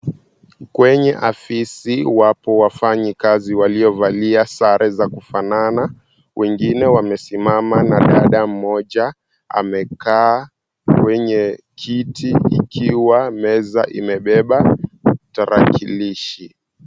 Kwenye afisi wapo wafanyikazi waliovalia sare za kufanana, wengine wamesimama na dada mmoja amekaa kwenye kiti ikiwa meza imebeba tarakilishi.